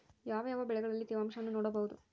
ಯಾವ ಯಾವ ಬೆಳೆಗಳಲ್ಲಿ ತೇವಾಂಶವನ್ನು ನೋಡಬಹುದು?